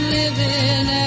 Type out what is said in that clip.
living